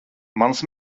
mans